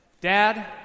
Dad